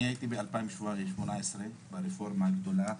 אני הייתי ב-2018 ברפורמה הגדולה.